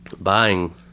buying